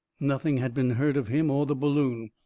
nothing had been heard of him or the balloon.